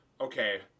okay